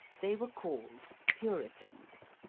they were called puritans.